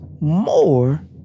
more